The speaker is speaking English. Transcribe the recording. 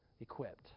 equipped